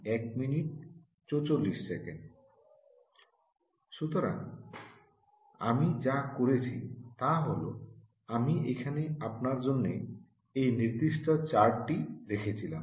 সুতরাং আমি যা করেছি তা হল আমি এখানে আপনার জন্য এই নির্দিষ্ট চার্টটি রেখেছিলাম